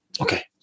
Okay